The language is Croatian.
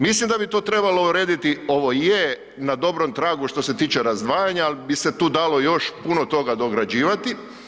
Mislim da bi trebalo urediti, ovo je na dobrom tragu što se tiče razdvajanja, al bi se tu dalo puno toga dograđivati.